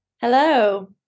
Hello